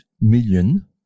million